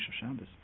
Shabbos